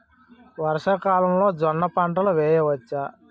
వర్షాకాలంలో జోన్న పంటను వేయవచ్చా?